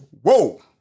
whoa